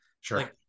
Sure